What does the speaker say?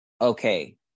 okay